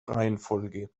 reihenfolge